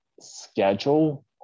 schedule